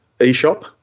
e-shop